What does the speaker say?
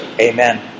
Amen